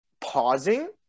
pausing